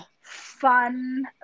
fun